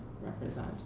represent